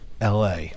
LA